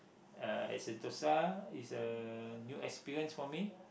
uh at Sentosa is a new experience for me